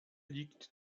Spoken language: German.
liegt